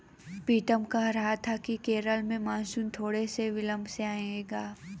पीतम कह रहा था कि केरल में मॉनसून थोड़े से विलंब से आएगा